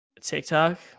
tiktok